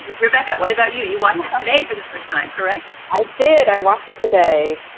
rebecca, what about you? you watched it today for the first time, correct? i did. i watched it today.